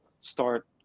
start